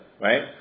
right